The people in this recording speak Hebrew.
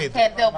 הזה.